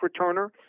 returner